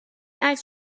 عکس